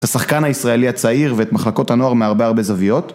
את השחקן הישראלי הצעיר ואת מחלקות הנוער מהרבה הרבה זוויות.